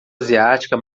asiática